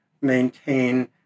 maintain